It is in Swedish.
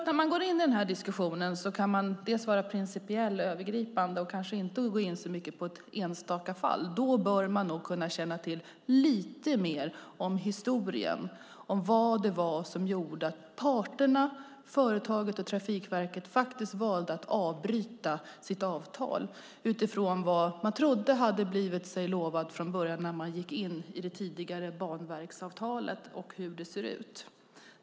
När man går in i den här diskussionen kan man vara principiell och övergripande. Går man däremot in på enstaka fall bör man nog känna till lite mer om historien om vad det var som gjorde att parterna - företaget och Trafikverket - faktiskt valde att avbryta sitt avtal utifrån vad man trodde sig ha blivit lovad från början när man gick in i det tidigare avtalet som fanns med Banverket.